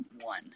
one